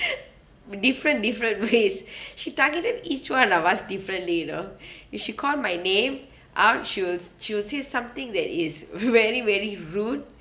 different different ways she targeted each one of us differently you know if she called my name out she'll s~ she will say something that is very very rude